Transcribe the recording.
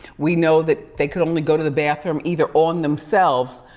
we know that they could only go to the bathroom either on themselves.